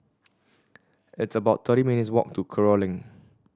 it's about thirty minutes' walk to Kerong Lane